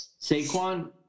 Saquon